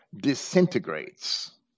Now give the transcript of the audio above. disintegrates